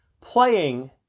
playing